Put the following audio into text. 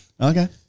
Okay